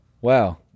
wow